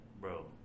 bro